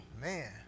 man